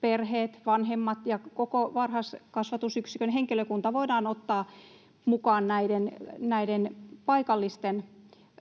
perheet, vanhemmat ja koko varhaiskasvatusyksikön henkilökunta voidaan ottaa mukaan näiden paikallisten